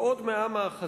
ועוד 100 מאחזים,